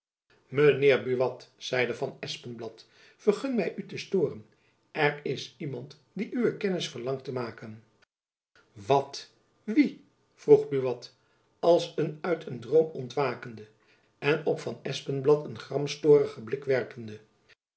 heer buat zeide van espenblad vergun my u te stooren er is iemand die uwe kennis verlangt te maken wat wie vroeg buat als een uit een droom ontwakende en op van espenblad een gramstorigen blik werpende